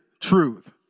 truth